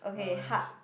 what about this